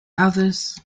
others